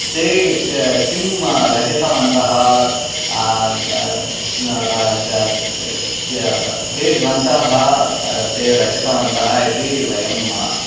ते किं रचितवन्तः के ग्रन्थाः ते रचितवन्तः इति वयं